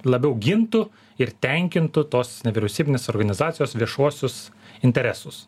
labiau gintų ir tenkintų tos nevyriausybinės organizacijos viešuosius interesus